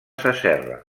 sasserra